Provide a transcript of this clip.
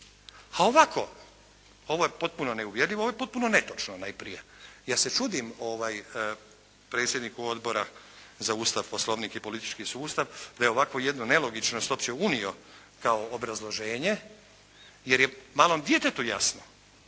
A ovako, ovo je potpuno neuvjerljivo, ovo je potpuno netočno najprije. Ja se čudim predsjedniku Odbora za Ustav, Poslovnik i politički sustav da je ovakvu jednu nelogičnost uopće unio kao obrazloženje jer je malom djetetu jasno,